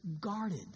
guarded